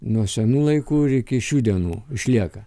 nuo senų laikų ir iki šių dienų išlieka